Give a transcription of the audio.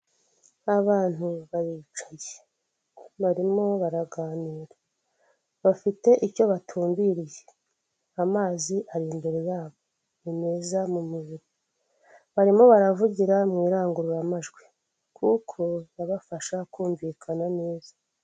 inyubako ikoreramo saniramu ikigo gikorera mu Rwanda gitanga ubwishingizi hari mudasobwa eshatu amafoto ari ku gikuta ndetse n'ibyapa.